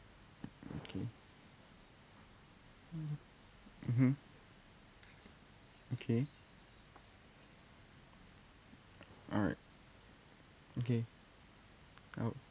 okay mm mmhmm okay alright okay I'll